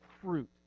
fruit